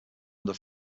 under